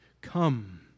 Come